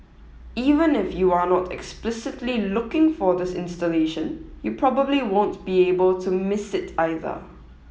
even if you are not explicitly looking for this installation you probably won't be able to miss it either